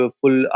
full